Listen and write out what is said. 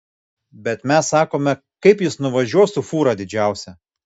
bet mes sakome kaip jis nuvažiuos su fūra didžiausia